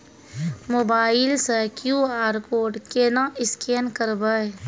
Mobile से QR code केना scan करबै?